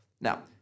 Now